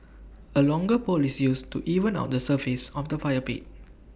A longer pole is used to even out the surface of the fire pit